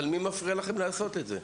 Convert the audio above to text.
אבל מי מפריע לכם לעשות את זה?